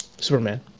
Superman